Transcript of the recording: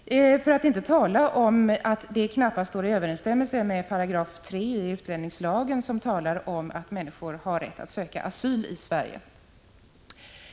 Förfarandet står knappast i överensstämmelse med 3 § utlänningslagen, som anger att människor har rätt att söka asyl i Sverige.